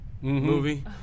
movie